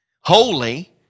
holy